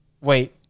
wait